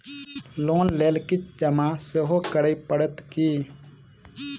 Loan लेल किछ जमा सेहो करै पड़त की?